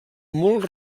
molt